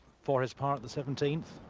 for his par, the seventeenth.